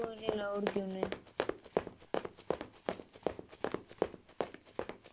कोई निं लाई ओड़गी उ'नेंगी